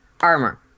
Armor